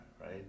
right